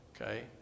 Okay